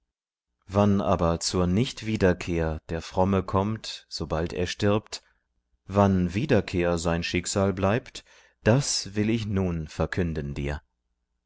wann aber zur nichtwiederkehr der fromme kommt sobald er stirbt wann wiederkehr sein schicksal bleibt das will ich nun verkünden dir